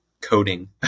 coding